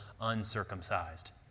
uncircumcised